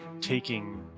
taking